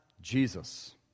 Jesus